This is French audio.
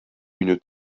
une